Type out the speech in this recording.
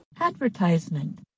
Advertisement